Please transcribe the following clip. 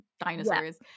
dinosaurs